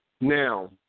Now